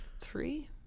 three